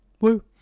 woo